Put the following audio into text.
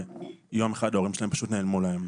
שיום אחד ההורים שלהן פשוט נעלמו להן.